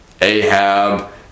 Ahab